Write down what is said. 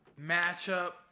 matchup